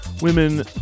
women